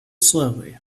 slowly